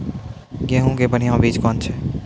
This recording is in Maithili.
गेहूँ के बढ़िया बीज कौन छ?